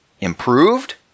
improved